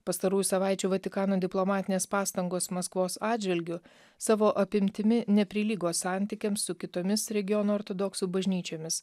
pastarųjų savaičių vatikano diplomatinės pastangos maskvos atžvilgiu savo apimtimi neprilygo santykiams su kitomis regiono ortodoksų bažnyčiomis